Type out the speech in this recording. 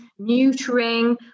neutering